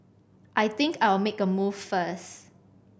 I think I'll make a move first